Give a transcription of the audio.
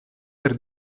per